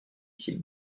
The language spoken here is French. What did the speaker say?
s’il